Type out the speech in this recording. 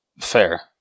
Fair